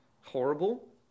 horrible